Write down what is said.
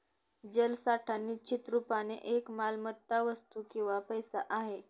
जलसाठा निश्चित रुपाने एक मालमत्ता, वस्तू किंवा पैसा आहे